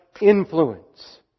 influence